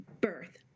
birth